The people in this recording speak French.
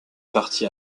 parti